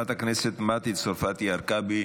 חברת הכנסת מטי צרפתי הרכבי.